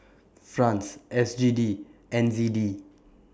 Franc S G D N Z D